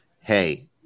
hey